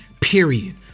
period